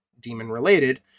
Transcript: demon-related